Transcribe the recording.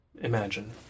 imagine